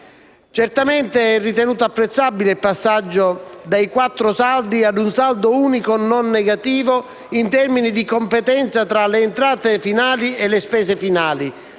Certamente è ritenuto apprezzabile il passaggio dai quattro saldi ad un saldo unico non negativo in termini di competenza tra le entrate finali e le spese finali,